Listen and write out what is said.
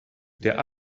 der